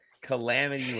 Calamity